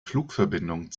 flugverbindung